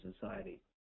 society